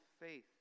faith